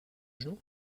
genoux